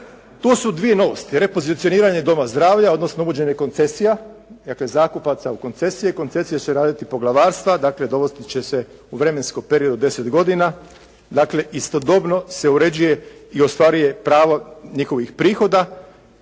To su dvije novosti. Repozicioniranje doma zdravlja odnosno uvođenje koncesija dakle zakupaca u koncesiji. Koncesije će raditi poglavarstva. Dakle … /Govornik se ne razumije./ … će se u vremenskom periodu od 10 godina. Dakle istodobno se uređuje i ostvaruje pravo njihovih prihoda